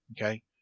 Okay